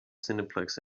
cineplex